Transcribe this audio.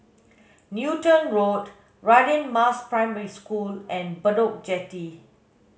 Newton Road Radin Mas Primary School and Bedok Jetty